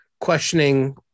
questioning